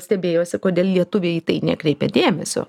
stebėjosi kodėl lietuviai į tai nekreipia dėmesio